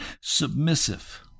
submissive